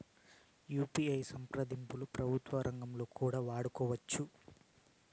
UPI సంప్రదింపులు ప్రభుత్వ రంగంలో కూడా వాడుకోవచ్చా?